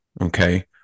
Okay